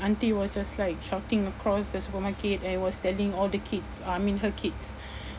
auntie was just like shouting across the supermarket and was telling all the kids uh I mean her kids